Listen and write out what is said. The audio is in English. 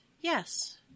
Yes